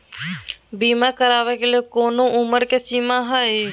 बीमा करावे के लिए कोनो उमर के सीमा है?